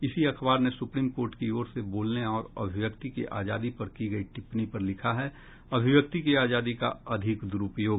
इसी अखबार ने सुप्रीम कोर्ट की ओर से बोलने और अभिव्यक्ति की आजदी पर की गयी टिप्पणी पर लिखा है अभिव्यक्ति की आजादी का अधिक दुरूपयोग